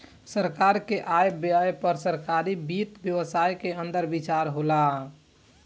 सरकार के आय व्यय पर सरकारी वित्त व्यवस्था के अंदर विचार होला